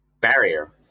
barrier